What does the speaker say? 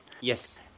Yes